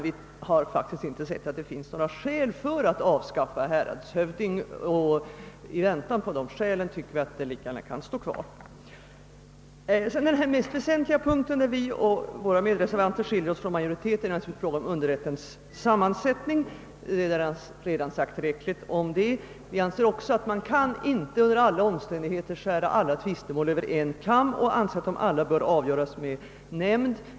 Vi har faktiskt inte ansett, att det finns några skäl för att avskaffa titeln häradshövding, och i väntan på de skälen tycker vi, att titeln lika gärna kan bibehållas. Den mest väsentliga punkt, beträffande vilken vi och våra medreservanter skiljer oss från majoriteten, gäller frågan om underrättens sammansättning. Det har redan sagts tillräckligt om den saken. Vi anser också att man inte under alla omständigheter kan skära alla tvistemål över en kam och att alla bör avgöras med nämnd.